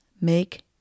make